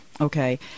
Okay